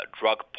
drug